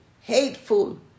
hateful